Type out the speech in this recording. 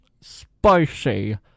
spicy